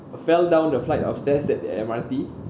fell down a flight of stairs at the M_R_T